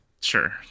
Sure